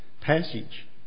passage